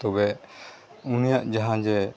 ᱛᱚᱵᱮ ᱩᱱᱤᱭᱟᱜ ᱡᱟᱦᱟᱸ ᱡᱮ